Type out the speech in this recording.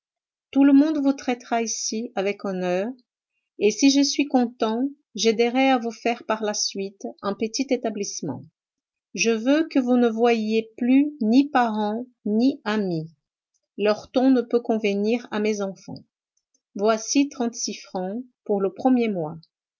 tout le monde vous traitera ici avec honneur et si je suis content j'aiderai à vous faire par la suite un petit établissement je veux que vous ne voyiez plus ni parents ni amis leur ton ne peut convenir à mes enfants voici trente-six francs pour le premier mois